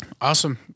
Awesome